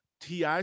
TI